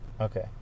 Okay